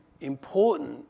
important